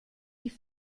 die